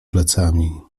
plecami